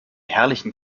herrlichen